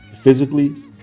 physically